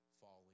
falling